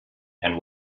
and